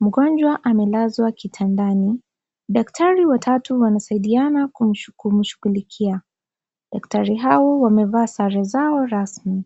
Mgonjwa amelazwa kitandani. Daktari watatu wanasaidiana kumshughulikia. Daktari hao wamevaa sare zao rasmi.